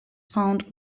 found